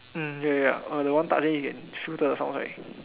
mm ya ya ya oh that one touch already you can filter the sounds right